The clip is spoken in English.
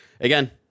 Again